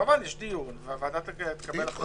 כמובן שיש דיון והוועדה תקבל החלטות.